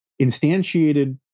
instantiated